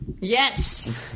Yes